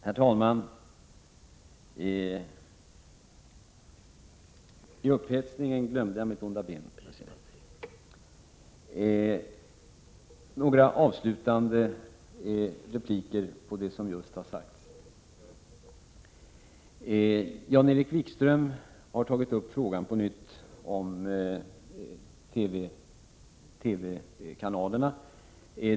Herr talman! Jag skall säga några avslutande ord med anledning av det som just har sagts. Jan-Erik Wikström har på nytt tagit upp frågan om TV-kanalerna.